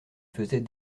faisait